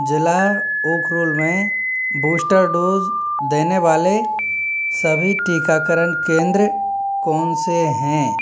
जिला उखरुल में booster dose देने वाले सभी टीकाकरण केंद्र कौन से हैं